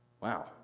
Wow